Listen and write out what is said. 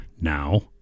now